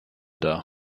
dar